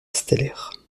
stellaire